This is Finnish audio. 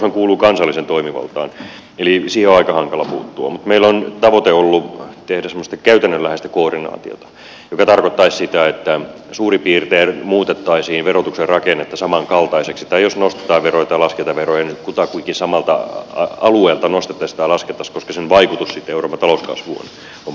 verotushan kuuluu kansalliseen toimivaltaan eli siihen on aika hankala puuttua mutta meillä on tavoite ollut tehdä semmoista käytännönläheistä koordinaatiota mikä tarkoittaisi sitä että suurin piirtein muutettaisiin verotuksen rakennetta samankaltaiseksi tai jos nostetaan veroja tai lasketaan veroja niin kutakuinkin samalta alueelta nostettaisiin tai laskettaisiin koska sen vaikutus sitten euroopan talouskasvuun on parempi